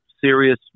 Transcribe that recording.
serious